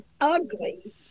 ugly